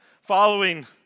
Following